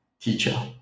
teacher